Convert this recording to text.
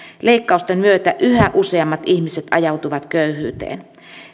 leikkausten myötä yhä useammat ihmiset ajautuvat köyhyyteen